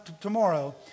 tomorrow